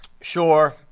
Sure